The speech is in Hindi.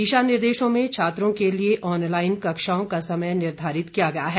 दिशानिर्देशों में छात्रों के लिए ऑनलाइन कक्षाओं का समय निर्धारित किया गया है